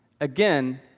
Again